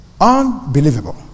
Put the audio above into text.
Unbelievable